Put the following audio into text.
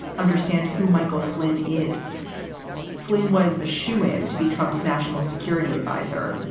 understand who michael flynn is flynn was a shoo in to be trump's national security adviser.